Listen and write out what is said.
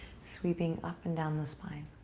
sweeping up and down the spine